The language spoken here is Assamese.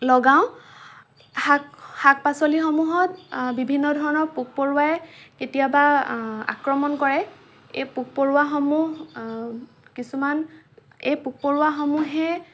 লগাও শাক শাক পাচলিসমূহত বিভিন্ন ধৰণৰ পোক পৰুৱাই কেতিয়াবা আক্ৰমণ কৰে এই পোক পৰুৱাসমূহ কিছুমান এই পোক পৰুৱা সমূহে